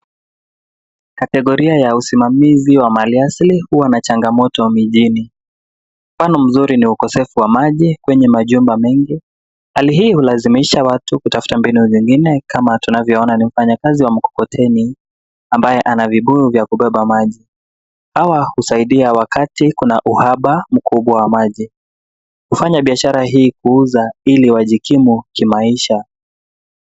Kategoria ya usimamizi wa mali asili huwa na changamoto mijini. Mfano mzuri ni ukosefu wa maji kwenye majumba mengi. Hali hii hulazimisha watu kutafuta mbinu zingine kama tunavyoona ni mfanyakazi wa mkokoteni ambaye ana vibuyu vya kubeba maji. Hawa husaidia wakati kuna uhaba mkubwa wa maji. Wafanyabiashara hii huuza ili wajikimu kimaisha.